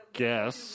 guess